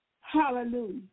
Hallelujah